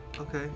Okay